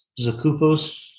Zakufos